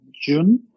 June